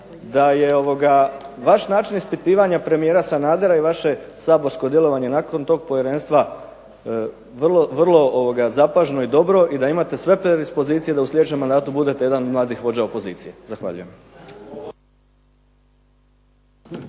da je vaš način ispitivanja premijera Sanadera i vaše saborsko djelovanje nakon tog povjerenstva vrlo zapaženo i dobro, i da imate sve predispozicije da u sljedećem mandatu budete jedan od mladih vođa opozicije. Zahvaljujem.